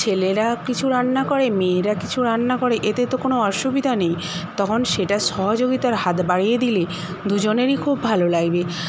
ছেলেরা কিছু রান্না করে মেয়েরা কিছু রান্না করে এতে তো কোনো অসুবিধা নেই তখন সেটা সহযোগিতার হাত বাড়িয়ে দিলে দুজনেরই খুব ভালো লাগবে